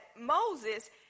Moses